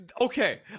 Okay